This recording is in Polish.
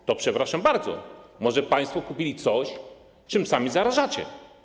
A więc przepraszam bardzo, może państwo kupili coś, czym sami zarażacie?